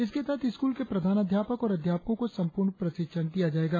इसके तहत स्कूल के प्रधानाध्यापक और अध्यापकों को संपूर्ण प्रशिक्षण दिया जायेगा